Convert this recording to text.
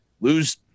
lose